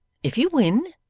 if you win,